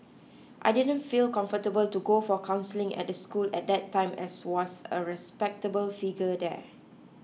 I didn't feel comfortable to go for counselling at the school at that time as was a respectable figure there